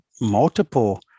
multiple